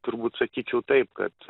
turbūt sakyčiau taip kad